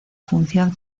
función